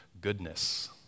goodness